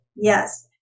Yes